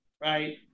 Right